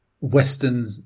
Western